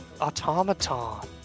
automaton